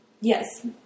Yes